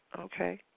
Okay